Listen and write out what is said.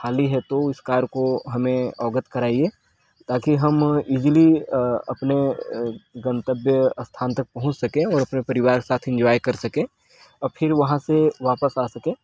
खाली है तो उस कार को हमें अवगत कराइए ताकि हम इजीली अ अपने अ गंतव्य स्थान तक पहुँच सकें और अपने परिवार के साथ इंजॉय कर सके और फिर वहाँ से वापस आ सकें